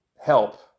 help